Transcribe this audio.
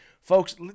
Folks